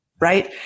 right